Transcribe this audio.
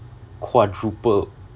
quadrupled